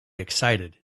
excited